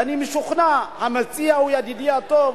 ואני משוכנע שהמציע, ידידי הטוב,